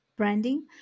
Branding